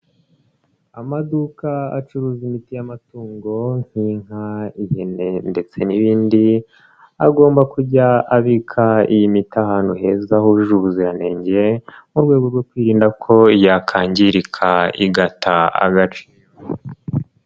Amaduka acuruza imiti y'amatungo nk'inka ihene ndetse n'ibindi agomba kujya abika iyi miti ahantu heza hujuje ubuziranenge mu rwego rwo kwirinda ko yakangirika igata agaciro.